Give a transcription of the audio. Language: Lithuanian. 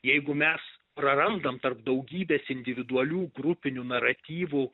jeigu mes prarandam tarp daugybės individualių grupinių naratyvų